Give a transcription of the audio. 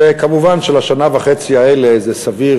ומובן שלשנה וחצי האלה זה סביר,